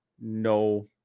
no